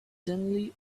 gently